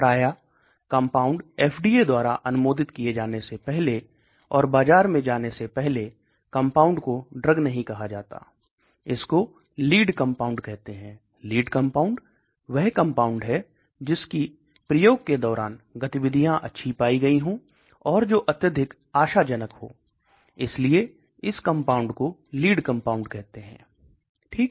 प्रायः compound FDA द्वारा अनुमोदित किये जाने से पहले और बाजार में जाने से पहले कंपाउंड को ड्रग नहीं कहा जाता इसको लीड कंपाउंड कहते है लीड कंपाउंड वह कंपाउंड है जिसकी प्रयोग के दौरान गतिविधियाँ अच्छी पायी गयी और जो अत्यधिक आशा जनक है इसलिए इस कंपाउंड को लीड कंपाउंड कहते है ठीक